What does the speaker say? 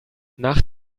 nach